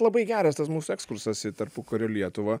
labai geras tas mūsų ekskursas į tarpukario lietuvą